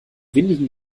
windigen